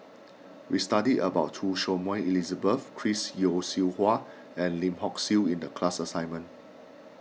we studied about Choy Su Moi Elizabeth Chris Yeo Siew Hua and Lim Hock Siew in the class assignment